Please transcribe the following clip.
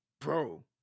bro